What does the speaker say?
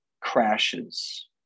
crashes